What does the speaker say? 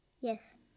Yes